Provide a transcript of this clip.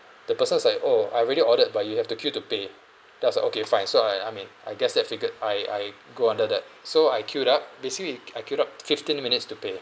the person is like oh I already ordered but you have to queue to pay then I was like okay fine so I I mean I guess that figured I I go under that so I queued up basically I queued up fifteen minutes to pay